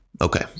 Okay